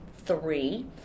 Three